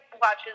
watches